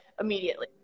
immediately